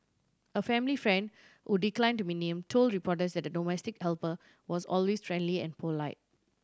a family friend who declined to be named told reporters that the domestic helper was always friendly and polite